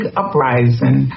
uprising